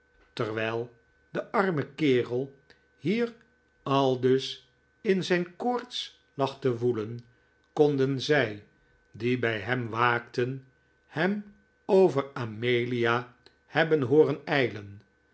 terwijl de arme kerel hier aldus in zijn koorts lag te woelen konden zij die bij hem waakten hem over amelia hebben hooren